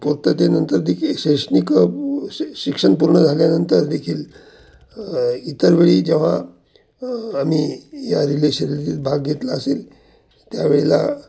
पूर्ततेनंतर देखील शैक्षणिक श शिक्षण पूर्ण झाल्यानंतर देखील इतर वेळी जेव्हा आम्ही या रिले शर्यतीत भाग घेतला असेल त्यावेळेला